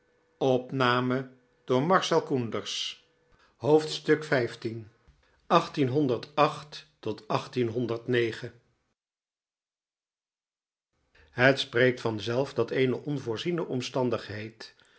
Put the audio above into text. hooedstuk het spreekt vanzelf dat eene onvoorziene omstandigheid